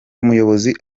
umuyobozi